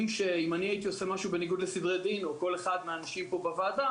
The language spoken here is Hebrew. אם אני הייתי עושה משהו בניגוד לסדרי דין או כל אחד מהאנשים פה בוועדה,